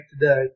today